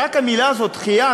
רק המילה הזאת, דחייה.